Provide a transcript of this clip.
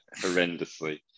horrendously